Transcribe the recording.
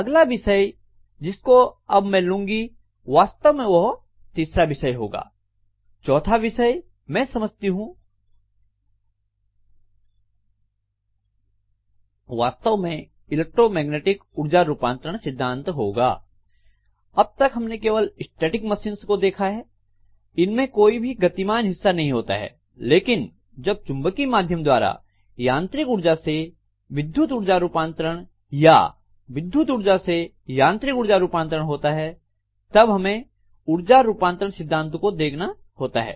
अगला विषय जिसको अब मैं लूंगी वास्तव में वह तीसरा विषय होगा चौथा विषय मैं समझती हूं चौथा विषय वास्तव में इलेक्ट्रोमैग्नेटिक उर्जा रूपांतरण सिद्धांत होगा अब तक हमने केवल स्टैटिक मशीन को देखा है इनमें कोई भी गतिमान हिस्सा नहीं होता है लेकिन जब चुंबकीय माध्यम द्वारा यांत्रिक ऊर्जा से विद्युत ऊर्जा रूपांतरण या विद्युत ऊर्जा से यांत्रिक ऊर्जा रूपांतरण होता है तब हमें ऊर्जा रूपांतरण सिद्धांतों को देखना होता है